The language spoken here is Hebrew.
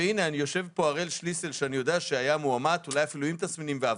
יושב פה הראל שליסל שאני יודע שהיה מאומת ואולי אפילו עבד מהבית